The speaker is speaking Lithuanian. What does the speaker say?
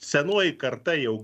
senoji karta jau